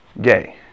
Gay